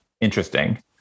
interesting